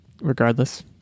regardless